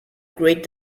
great